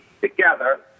together